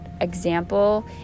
example